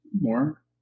More